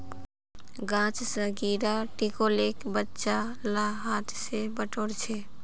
गाछ स गिरा टिकोलेक बच्चा ला हाथ स बटोर छ